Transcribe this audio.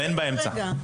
אין באמצע.